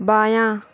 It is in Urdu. بایاں